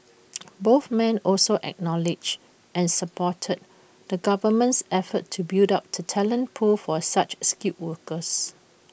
both men also acknowledged and supported the government's efforts to build up the talent pool for such skilled workers